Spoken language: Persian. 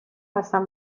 هستم